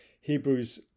hebrews